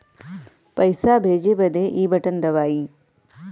पइसा भेजे बदे ई बटन दबाई